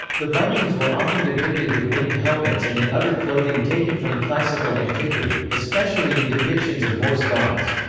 the vikings were often depicted with winged helmets and in other clothing taken from classical antiquity, especially in depictions of norse gods.